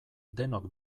denok